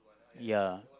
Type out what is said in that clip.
ya